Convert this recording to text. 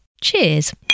Cheers